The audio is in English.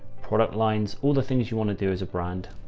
product lines, all the things you want to do as a brand.